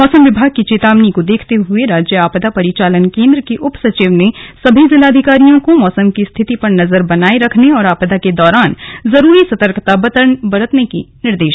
मौसम विभाग की चेतावनी को देखते हुए राज्य आपदा परिचालन केंद्र के उप सचिव ने सभी जिलाधिकारियों को मौसम की स्थिति पर नजर बनाए रखने और आपदा के दौरान जरूरी सतर्कता बरतने के निर्दे